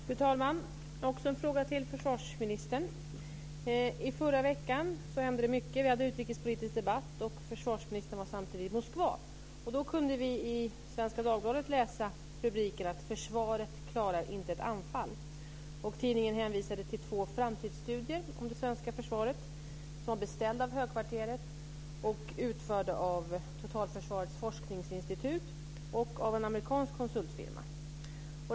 Fru talman! Jag har också en fråga till försvarsministern. I förra veckan hände det mycket. Vi hade utrikespolitisk debatt, och försvarsministern var samtidigt i Moskva. Då kunde vi i Svenska Dagbladet läsa rubriken Försvaret klarar inte ett anfall. Tidningen hänvisade till två framtidsstudier om det svenska försvaret som var beställda av högkvarteret och utförda av Totalförsvarets forskningsinstitut och av en amerikansk konsultfirma.